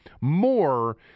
more